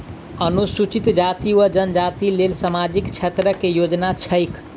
अनुसूचित जाति वा जनजाति लेल सामाजिक क्षेत्रक केँ योजना छैक?